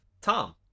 Tom